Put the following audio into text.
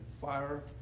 fire